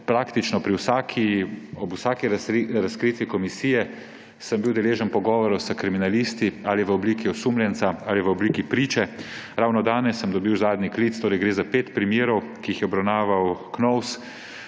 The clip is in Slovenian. Praktično pri vsakem razkritju komisije sem bil deležen pogovorov s kriminalisti ali v obliki osumljenca ali v obliki priče. Ravno danes sem dobil zadnji klic. Gre za pet primerov, ki jih je obravnaval Knovs,